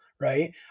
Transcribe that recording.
right